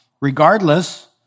Regardless